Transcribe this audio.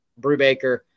Brubaker